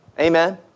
Amen